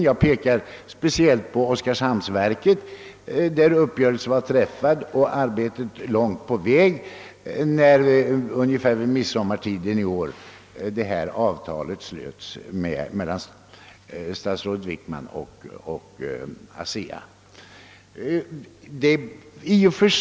Jag tänker speciellt på Oskarshamnsverket, beträffande vilket uppgörelse var träffad och arbetet långt på väg när ungefär vid midsommartiden i år avtalet mellan staten och ASEA slöts.